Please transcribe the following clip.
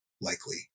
likely